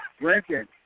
Rankin